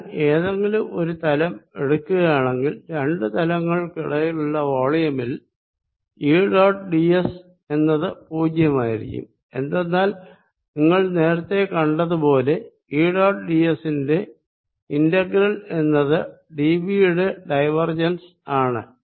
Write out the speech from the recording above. ഞാൻ ഏതെങ്കിലും ഒരു തലം എടുക്കുകയാണെങ്കിൽ രണ്ടു തലങ്ങൾക്കിടയിലുള്ള വോളിയമിൽ ഈ ഡോട്ട് ഡിഎസ് എന്നത് പൂജ്യമായിരിക്കും എന്തെന്നാൽ നിങ്ങൾ നേരത്തെ കണ്ടതുപോലെ ഈ ഡോട്ട് ഡിഎസ് ന്റെ ഇന്റഗ്രൽ എന്നത് ഡിവിയുടെ ഡൈവർജൻസ് ആണ്